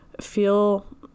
feel